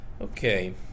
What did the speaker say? Okay